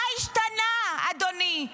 מה השתנה, אדוני?